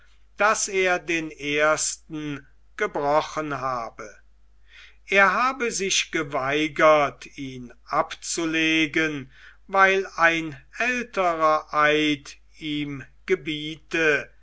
daß er den ersten gebrochen habe er habe sich geweigert ihn abzulegen weil ein älterer eid ihm gebiete